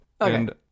Okay